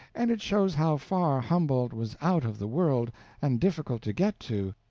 and it shows how far humboldt was out of the world and difficult to get to,